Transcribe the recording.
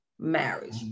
Marriage